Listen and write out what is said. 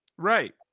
right